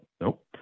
nope